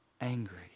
angry